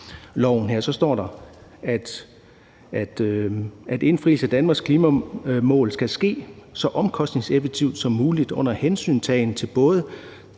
lov om klima, så står der: »Indfrielsen af Danmarks klimamål skal ske så omkostningseffektivt som muligt under hensyntagen til både